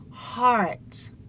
Heart